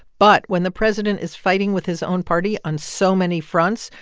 but when the president is fighting with his own party on so many fronts,